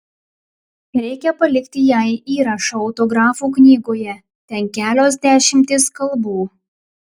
reikia palikti jai įrašą autografų knygoje ten kelios dešimtys kalbų